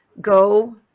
go